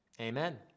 Amen